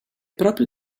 proprio